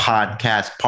Podcast